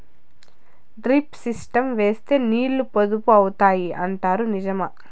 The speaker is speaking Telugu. డ్రిప్ సిస్టం వేస్తే నీళ్లు పొదుపు అవుతాయి అంటారు నిజమా?